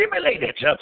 stimulated